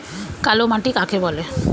কালো মাটি কাকে বলে?